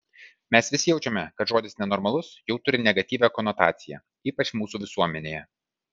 mes visi jaučiame kad žodis nenormalus jau turi negatyvią konotaciją ypač mūsų visuomenėje